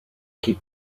keep